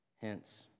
Hence